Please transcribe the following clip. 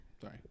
Sorry